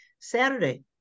Saturday